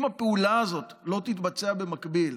אם הפעולה הזאת לא תתבצע במקביל,